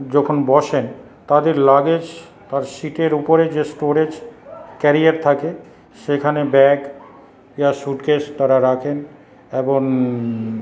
যখন বসেন তাদের লাগেজ তার সিটের ওপরে যে স্টোরেজ ক্যারিয়ার থাকে সেখানে ব্যাগ ইয়া সুটকেস তারা রাখেন এবং